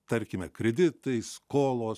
tarkime kreditai skolos